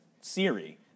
Siri